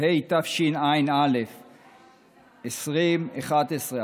התשע"א 2011,